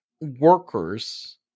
workers